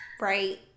Right